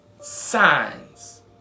signs